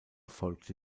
folgte